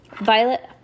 Violet